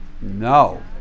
No